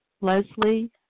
Leslie